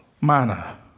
manner